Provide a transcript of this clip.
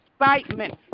excitement